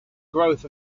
growth